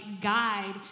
guide